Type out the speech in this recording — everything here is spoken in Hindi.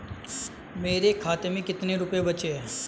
मेरे खाते में कितने रुपये बचे हैं?